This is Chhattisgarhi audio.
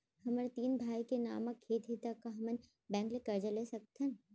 हमर तीन भाई के नाव म खेत हे त का हमन बैंक ले करजा ले सकथन?